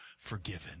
forgiven